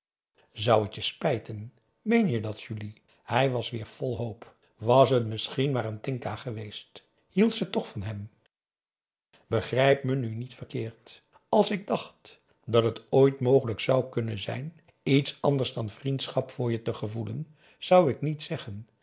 zou het je spijten meen je dat julie hij was weer vol hoop was het misschien maar n tinka geweest hield ze toch van hem begrijp me nu niet verkeerd als ik dacht dat het ooit mogelijk zou kunnen zijn iets anders dan vriendschap voor je te gevoelen zou ik niet zeggen